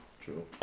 True